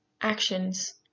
actions